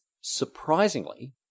surprisingly